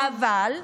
אבל מה?